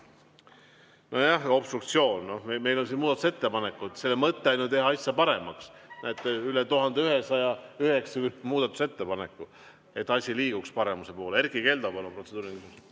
Nojah, obstruktsioon. Meil on siin muudatusettepanekud. Nende mõte on ju teha asja paremaks. Näete, üle 1190 muudatusettepaneku, et asi liiguks paremuse poole. Erkki Keldo, palun, protseduuriline!